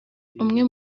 umwe